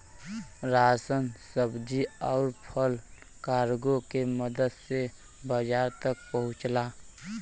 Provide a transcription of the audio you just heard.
ration सब्जी आउर फल कार्गो के मदद से बाजार तक पहुंचला